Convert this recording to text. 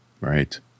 Right